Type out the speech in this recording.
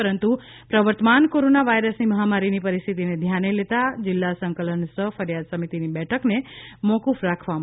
પરંતુ પ્રવર્તમાન corona virus મહામારીની પરિસ્થિતિને ધ્યાને લેતા આ જિલ્લા સંકલન સહ ફરીયાદ સમિતિની બેઠકને મોકુફ રાખવામા આવેલ છે